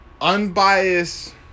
Unbiased